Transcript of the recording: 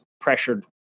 pressured